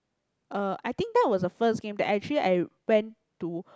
uh I think that was the first game that actually I went to